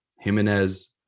Jimenez